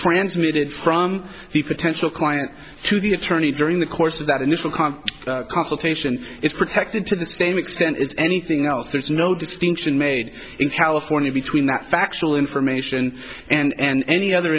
transmitted from the potential client to the attorney during the course of that initial comp consultation is protected to the same extent as anything else there's no distinction made in california between that factual information and any other